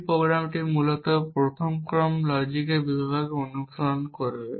C প্রোগ্রামটি মূলত প্রথম ক্রম লজিকের বিভাগে অনুসরণ করবে